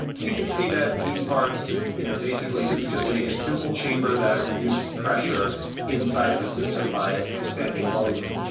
and you could see that these parts, you know, basically this is just a simple chamber that reduces pressure inside of a system by expanding volume.